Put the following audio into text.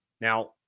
Now